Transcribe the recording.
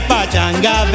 Pachanga